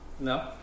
No